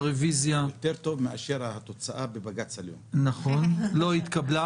ערב טוב לכולם, ברוכים הבאים, חברים וחברות,